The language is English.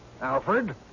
Alfred